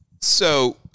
So-